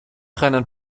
rheinland